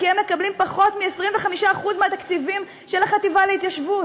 כי הם מקבלים פחות מ-25% מהתקציבים של החטיבה להתיישבות.